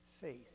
faith